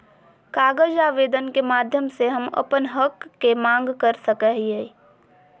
कागज आवेदन के माध्यम से हम अपन हक के मांग कर सकय हियय